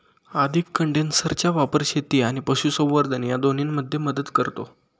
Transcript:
अधिक कंडेन्सरचा वापर शेती आणि पशुसंवर्धन या दोन्हींमध्ये मदत करतो